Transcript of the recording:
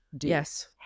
Yes